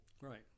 right